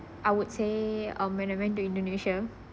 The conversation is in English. I would say a monument to indonesia